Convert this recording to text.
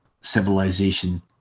civilization